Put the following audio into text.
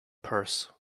purse